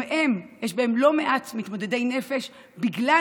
גם בבתי הכלא יש לא מעט מתמודדי נפש בגלל